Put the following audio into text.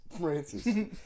Francis